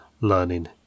learning